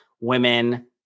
women